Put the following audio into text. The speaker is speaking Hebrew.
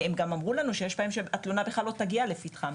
הם גם אמרו לנו שהרבה בעמים התלונה בכלל לא תגיע לפתחם,